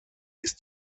ist